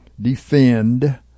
defend